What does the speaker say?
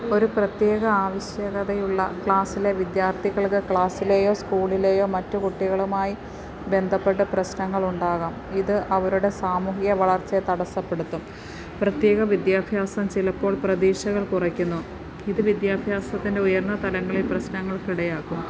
ഒരു പ്രത്യേക ആവശ്യകതയുള്ള ക്ലാസിലെ വിദ്യാർത്ഥികൾക്ക് ക്ലാസിലെയോ സ്കൂളിലെയോ മറ്റ് കുട്ടികളുമായി ബന്ധപ്പെട്ട് പ്രശ്നങ്ങളുണ്ടാകാം ഇത് അവരുടെ സാമൂഹിക വളർച്ചയെ തടസ്സപ്പെടുത്തും പ്രത്യേക വിദ്യാഭ്യാസം ചിലപ്പോൾ പ്രതീക്ഷകൾ കുറയ്ക്കുന്നു ഇത് വിദ്യാഭ്യാസത്തിന്റെ ഉയർന്ന തലങ്ങളിൽ പ്രശ്നങ്ങൾക്ക് ഇടയാക്കും